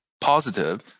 positive